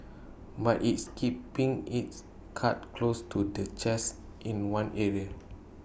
but IT is keeping its cards close to the chest in one area